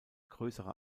größere